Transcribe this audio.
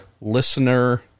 listener